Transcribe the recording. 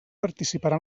participarà